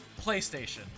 playstation